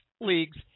leagues